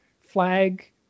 flag